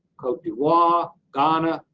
cote d'ivoire, ghana,